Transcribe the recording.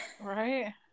Right